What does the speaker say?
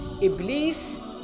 Iblis